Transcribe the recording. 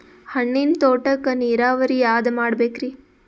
ಹಣ್ಣಿನ್ ತೋಟಕ್ಕ ನೀರಾವರಿ ಯಾದ ಮಾಡಬೇಕ್ರಿ?